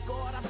God